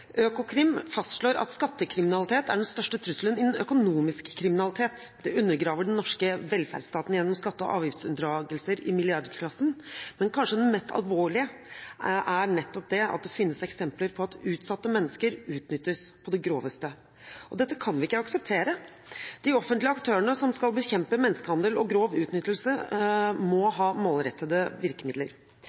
Økokrim fastslår at skattekriminalitet er den største trusselen innen økonomisk kriminalitet. Det undergraver den norske velferdsstaten gjennom skatte- og avgiftsunndragelser i milliardklassen. Men det kanskje mest alvorlige er at det finnes eksempler på at utsatte mennesker utnyttes på det groveste. Dette kan vi ikke akseptere. De offentlige aktørene som skal bekjempe menneskehandel og grov utnyttelse, må ha målrettede virkemidler.